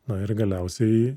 na ir galiausiai